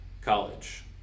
college